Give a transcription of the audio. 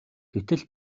гэтэл